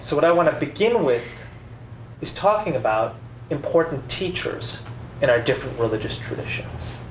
what i want to begin with is talking about important teachers in our different religious traditions,